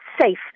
safe